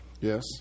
Yes